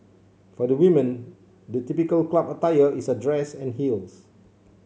for the women the typical club attire is a dress and heels